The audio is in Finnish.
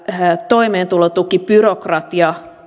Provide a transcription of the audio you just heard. toimeentulotukibyrokratia